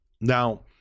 Now